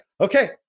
Okay